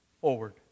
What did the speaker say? forward